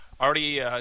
Already